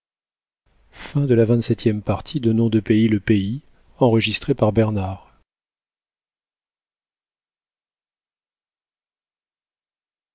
le nom de